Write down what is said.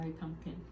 pumpkin